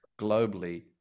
globally